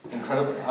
Incredible